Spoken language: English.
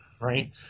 right